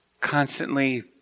constantly